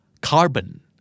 Carbon